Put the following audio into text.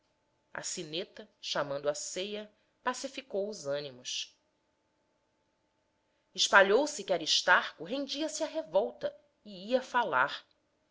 a sineta chamando à ceia pacificou os ânimos espalhou-se que aristarco rendia se à revolta e ia falar